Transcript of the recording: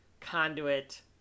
conduit